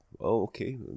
okay